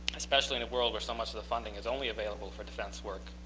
especially in a world where so much of the funding is only available for defense work,